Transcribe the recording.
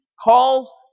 calls